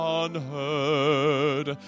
unheard